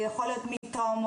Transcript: זה יכול לנבוע מטראומות,